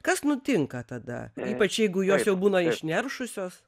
kas nutinka tada ypač jeigu jos jau būna išneršusios